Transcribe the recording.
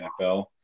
NFL